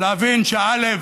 להבין שא.